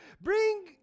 Bring